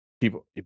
people